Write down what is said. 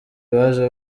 baje